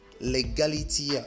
legality